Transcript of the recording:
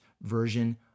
version